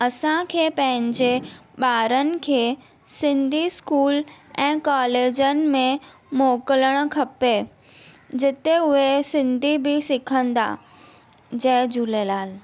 असांखे पंहिंजे ॿारनि खे सिंधी स्कूल ऐं कॉलेजनि में मोकिलिणु खपे जिते उहे सिंधी बि सिखंदा जय झूलेलाल